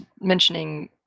mentioning